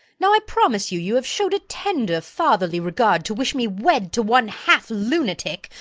now i promise you you have show'd a tender fatherly regard to wish me wed to one half lunatic,